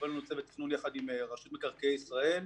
הובלנו צוות תכנון יחד רשות מקרקעי ישראל.